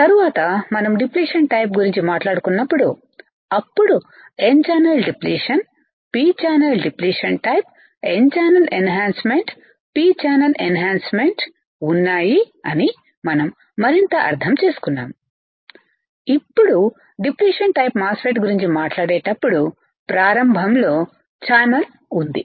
తరువాత మనం depletion type గురించి మాట్లాడుకున్నప్పుడు అప్పుడు n channel depletion p channel depletion type n channel enhancement p channel enhancement ఉన్నాయి అని మనం మరింత అర్థం చేసుకున్నాము ఇప్పుడు డిప్లిషన్ టైప్ మాస్ ఫెట్ గురించి మాట్లాడేటప్పుడు ప్రారంభంలో ఛానెల్ ఉంది